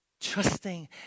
Trusting